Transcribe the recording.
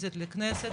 פיזית לכנסת,